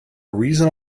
reason